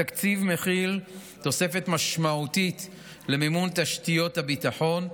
התקציב מכיל תוספת משמעותית למימון תשתיות הביטחון,